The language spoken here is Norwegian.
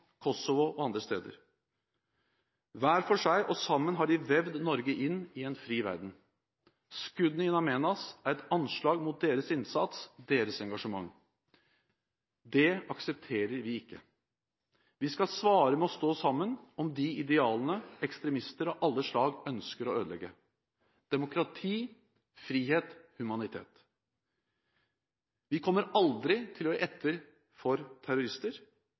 Kosovo og andre steder. Hver for seg og sammen har de vevd Norge inn i en fri verden. Skuddene i In Amenas er et anslag mot deres innsats, deres engasjement. Det aksepterer vi ikke. Vi skal svare med å stå sammen om de idealene ekstremister av alle slag ønsker å ødelegge: demokrati, frihet, humanitet. Vi kommer aldri til å gi etter for terrorister.